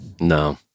no